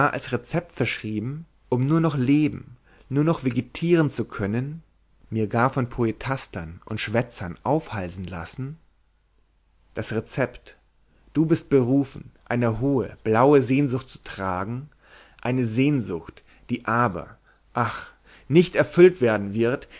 als rezept verschrieben um nur noch leben nur noch vegetieren zu können mir gar von poetastern und schwätzern aufhalsen lassen das rezept du bist berufen eine hohe blaue sehnsucht zu tragen eine sehnsucht die aber ach nicht erfüllt werden wird